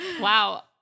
Wow